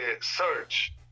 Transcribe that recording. search